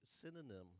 synonym